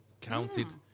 counted